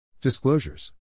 Disclosures